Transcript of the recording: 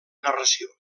narració